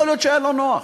יכול להיות שהיה לו נוח,